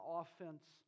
offense